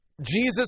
Jesus